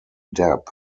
depp